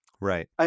Right